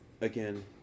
again